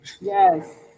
Yes